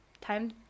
time